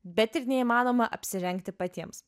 bet ir neįmanoma apsirengti patiems